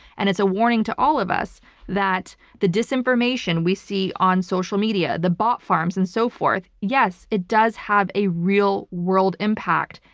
and it's a warning to all of us that the disinformation we see on social media, the bot farms and so forth, yes, it does have a real world impact.